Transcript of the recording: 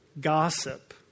gossip